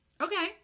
Okay